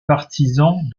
partisan